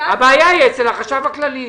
הבעיה היא אצל החשב הכללי.